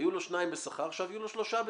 היו לו שניים בשכר, עכשיו יהיו לו שלושה בשכר.